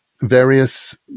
various